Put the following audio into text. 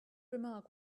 remark